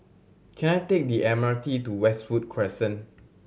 can I take the M R T to Westwood Crescent